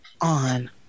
On